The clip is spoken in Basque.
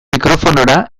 mikrofonora